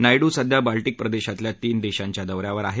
नायडू सध्या बाल्टीक प्रदेशातल्या तीन देशांच्या दौ यावर आहेत